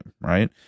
Right